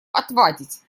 отвадить